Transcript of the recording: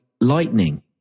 lightning